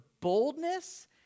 boldness